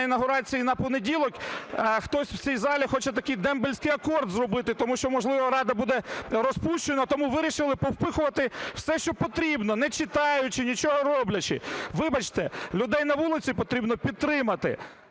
інавгурації на понеділок хтось в цій залі хоче такий дембельський акорд зробити, тому що, можливо, Рада буде розпущена, тому вирішили повпихувати все, що потрібно, не читаючи, нічого роблячи. Вибачте, людей на вулиці потрібно підтримати,